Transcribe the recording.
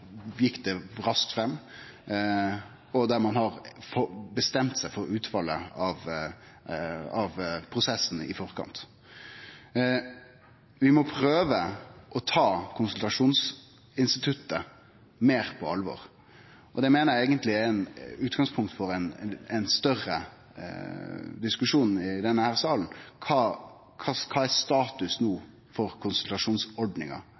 har gått raskt fram, og der ein har bestemt seg for utfallet av prosessane i forkant. Vi må prøve å ta konsultasjonsinstituttet meir på alvor. Det meiner eg eigentleg er utgangspunkt for ein større diskusjon i denne salen: Kva er status